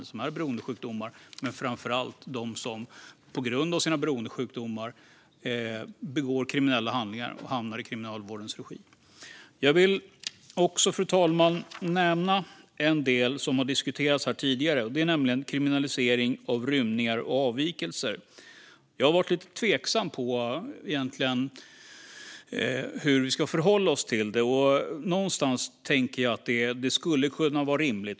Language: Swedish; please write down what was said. Det gäller framför allt dem som på grund av sina beroendesjukdomar begår kriminella handlingar och hamnar i Kriminalvårdens regi. Jag vill också nämna en del som har diskuterats här tidigare, nämligen kriminalisering av rymningar och avvikelser. Jag har varit lite tveksam till hur vi ska förhålla oss till det, men jag tänker att det skulle kunna vara rimligt.